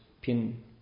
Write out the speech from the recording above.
pin